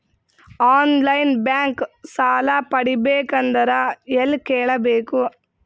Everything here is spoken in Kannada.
ಆನ್ ಲೈನ್ ಬ್ಯಾಂಕ್ ಸಾಲ ಪಡಿಬೇಕಂದರ ಎಲ್ಲ ಕೇಳಬೇಕು?